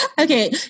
Okay